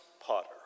Potter